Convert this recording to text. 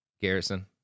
Garrison